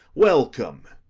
welcome.